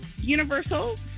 Universal